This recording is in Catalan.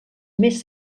més